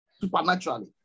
supernaturally